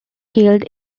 killed